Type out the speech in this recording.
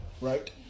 Right